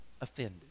offended